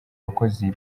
bakozi